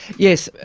yes,